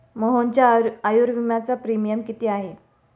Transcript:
मोहनच्या आयुर्विम्याचा प्रीमियम किती आहे?